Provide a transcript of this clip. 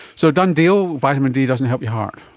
so, done deal, vitamin d doesn't help your heart?